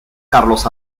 carlos